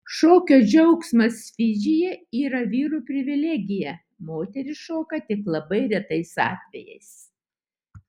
šokio džiaugsmas fidžyje yra vyrų privilegija moterys šoka tik labai retais atvejais